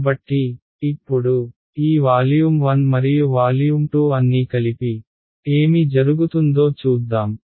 కాబట్టి ఇప్పుడు ఈ వాల్యూమ్ 1 మరియు వాల్యూమ్ 2 అన్నీ కలిపి ఏమి జరుగుతుందో చూద్దాం